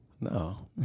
No